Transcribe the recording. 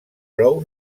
prou